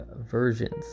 versions